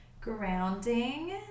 grounding